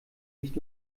nicht